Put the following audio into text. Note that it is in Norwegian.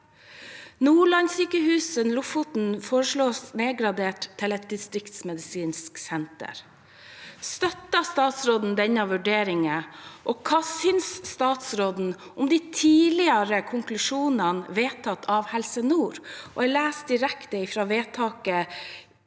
Nordlandssykehuset Lofoten foreslås nedgradert til distriktsmedisinsk senter. Støtter statsråden denne vurderingen, og hva synes statsråden om de tidligere konklusjonene vedtatt av Helse Nord: Lofotens geografiske